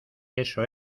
eso